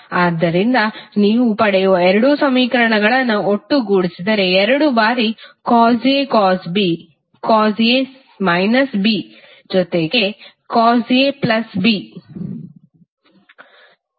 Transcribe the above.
ಆದ್ದರಿಂದ ನೀವು ಪಡೆಯುವ ಎರಡು ಸಮೀಕರಣಗಳನ್ನು ಒಟ್ಟುಗೂಡಿಸಿದರೆ ಎರಡು ಬಾರಿ cos A cos B cos A minus B ಜೊತೆಗೆ cos A plus B cos A minus B plus Cos A plus B